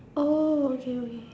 oh okay okay